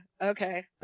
okay